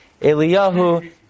Eliyahu